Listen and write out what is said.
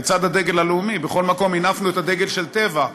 לצד הדגל הלאומי בכל מקום הנפנו את הדגל של טבע.